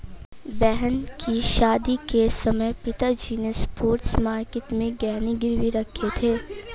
बहन की शादी के समय पिताजी ने स्पॉट मार्केट में गहने गिरवी रखे थे